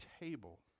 table